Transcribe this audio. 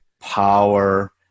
power